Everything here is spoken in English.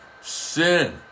sin